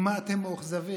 ממה אתם מאוכזבים?